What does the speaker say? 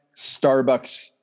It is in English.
Starbucks